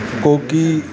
कोकी